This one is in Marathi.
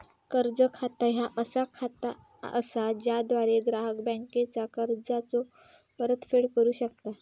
कर्ज खाता ह्या असा खाता असा ज्याद्वारा ग्राहक बँकेचा कर्जाचो परतफेड करू शकता